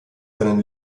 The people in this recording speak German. seinen